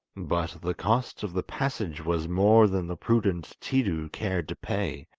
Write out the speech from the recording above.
but the cost of the passage was more than the prudent tiidu cared to pay,